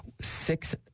six